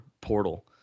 portal